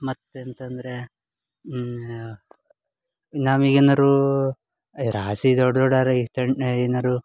ಮತ್ತು ಎಂತಂದರೆ ನಾವೀಗ ಏನಾರೂ ರಾಶಿ ದೊಡ್ಡ ದೊಡ್ಡ ಏನಾದ್ರೂ